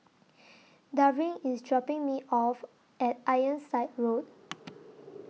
Darvin IS dropping Me off At Ironside Road